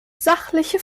sachliche